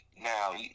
Now